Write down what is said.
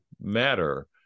matter